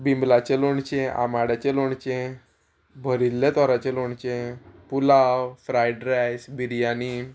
बिमलांचें लोणचें आमाड्यांचें लोणचें भरिल्लें तोरांचें लोणचें पुलाव फ्रायड रायस बिरयानी